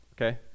okay